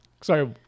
Sorry